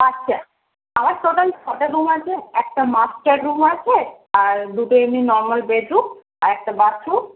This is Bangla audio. আচ্ছা আমার টোটাল ছটা রুম আছে একটা মাস্টার রুম আছে আর দুটো এমনি নর্মাল বেডরুম আর একটা বাথরুম